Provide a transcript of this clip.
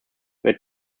where